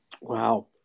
Wow